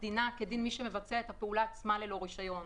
דינם כדין מי שמבצע את הפעולה עצמה ללא רישיון.